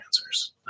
answers